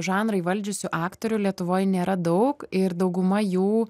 žanrą įvaldžiusių aktorių lietuvoj nėra daug ir dauguma jų